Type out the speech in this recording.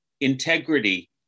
integrity